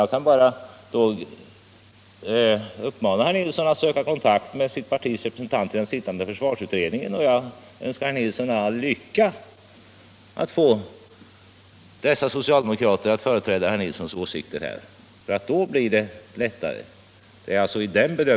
Jag kan bara uppmana herr Nilsson att söka kontakt med sitt partis representanter i den sittande försvarsutredningen. Jag önskar honom all lycka när det gäller att få dessa socialdemokrater att företräda herr Nilssons åsikter. Då blir det lättare.